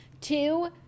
two